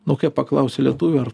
nu kai paklausi lietuvio ar